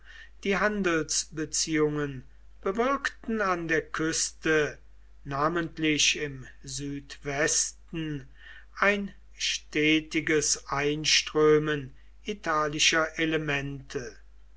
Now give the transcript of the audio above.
die handelsbeziehungen bewirkten an der küste namentlich im südwesten ein stetiges einströmen italischer elemente